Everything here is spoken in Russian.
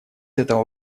этого